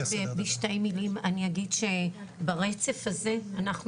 בשתי מילים אני אגיד שברצף הזה אנחנו